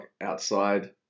outside